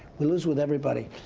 we lose with everybody.